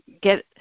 get